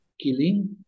killing